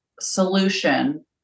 solution